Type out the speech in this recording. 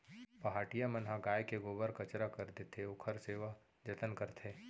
पहाटिया मन ह गाय के गोबर कचरा कर देथे, ओखर सेवा जतन करथे